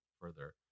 further